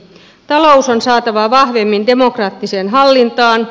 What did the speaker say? talous on saatava vahvemmin demokraattiseen hallintaan